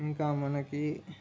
ఇంకా మనకి